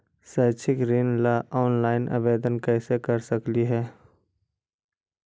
शैक्षिक ऋण ला ऑनलाइन आवेदन कैसे कर सकली हे?